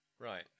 Right